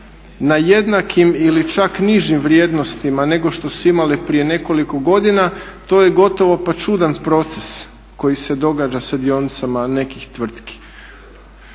na jednakim ili čak nižim vrijednostima nego što su imale prije nekoliko godina. To je gotovo pa čudan proces koji se događa sa dionicama nekih tvrtki.